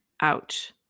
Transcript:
out